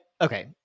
okay